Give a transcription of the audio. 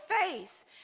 faith